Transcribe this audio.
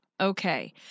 Okay